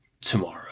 tomorrow